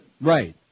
Right